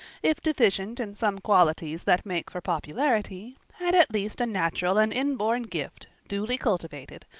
if deficient in some qualities that make for popularity, had at least a natural and inborn gift, duly cultivated,